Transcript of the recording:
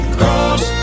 cross